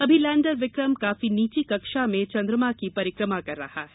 अभी लैंडर विक्रम काफी नीची कक्षा में चंद्रमा की परिक्रमा कर रहा है